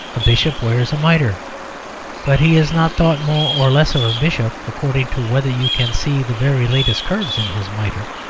a bishop wears a mitre but he is not thought more or less of a bishop according to whether you can see the very latest curves in his mitre.